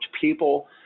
people